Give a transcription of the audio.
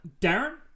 Darren